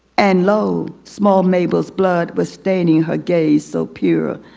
and lo! small mabel's blood was staining her gaze so pure.